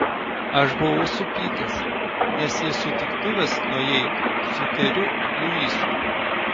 aš buvau supykęs nes į sutiktuves nuėjai su keriu luisu